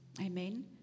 Amen